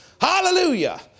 Hallelujah